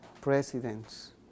presidents